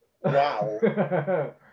Wow